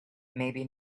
maybe